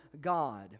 God